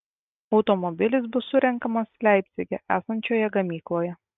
automobilis bus surenkamas leipcige esančioje gamykloje